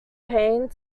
payne